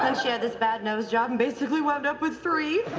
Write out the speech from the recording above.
um she had this bad nose job and basically wound up with three.